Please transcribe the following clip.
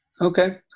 Okay